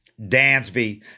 Dansby